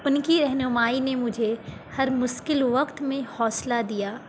ان کی رہنمائی نے مجھے ہر مشکل وقت میں حوصلہ دیا